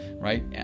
right